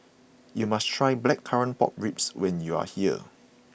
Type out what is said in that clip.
you must try Blackcurrant Pork Ribs when you are here